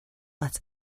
let